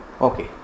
Okay